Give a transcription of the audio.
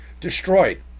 destroyed